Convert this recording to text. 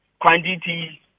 quantity